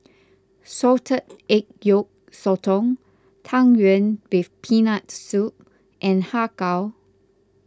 Salted Egg Yolk Sotong Tang Yuen with Peanut Soup and Har Kow